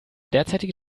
derzeitige